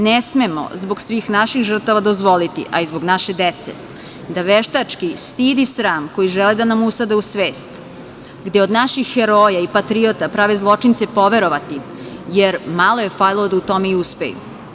Ne smemo zbog svih naših žrtava dozvoliti, a i zbog naše dece da veštački stid i sram koji žele da nam usade u svest, gde od naših heroja i patriota prave zločince, poverovati, jer malo je falilo da u tome i uspeju.